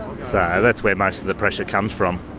so that's where most of the pressure comes from.